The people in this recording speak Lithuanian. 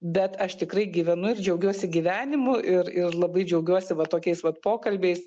bet aš tikrai gyvenu ir džiaugiuosi gyvenimu ir ir labai džiaugiuosi va tokiais vat pokalbiais